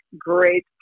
great